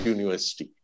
University